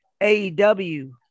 AEW